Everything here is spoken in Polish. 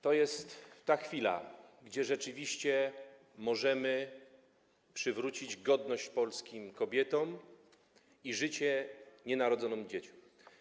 To jest ta chwila, w której rzeczywiście możemy przywrócić godność polskim kobietom i życie nienarodzonym dzieciom.